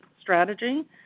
strategy